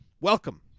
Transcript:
welcome